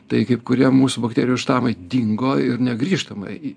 tai kaip kurie mūsų bakterijų štamai dingo ir negrįžtamai